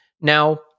Now